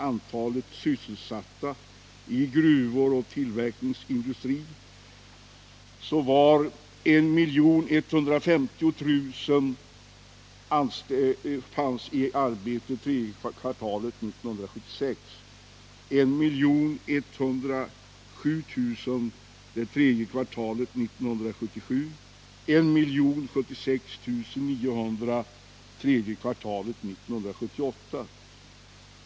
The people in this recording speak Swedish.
Antalet sysselsatta i gruvor och tillverkningsindustri var tredje kvartalet 1976 1153 000, tredje kvartalet 1977 1107 000 och tredje kvartalet 1978 1076 900.